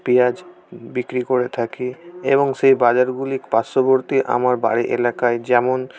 পেঁয়াজ বিক্রি করে থাকি এবং সেই বাজারগুলির পার্শ্ববর্তী আমার বাড়ি এলাকায় যেমন